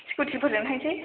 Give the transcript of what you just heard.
स्कुटिफोरजोंनो थांसै